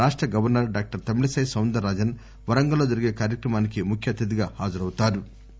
రాష్ట governor doctor Tamilisai Soundararajan Warangal లో జరిగే కార్యక్రమానికి ముఖ్య అధితిగా హాజరౌతారు